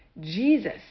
Jesus